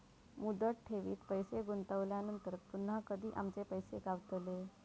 मुदत ठेवीत पैसे गुंतवल्यानंतर पुन्हा कधी आमचे पैसे गावतले?